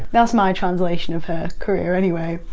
that's my translation of her career anyway.